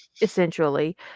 Essentially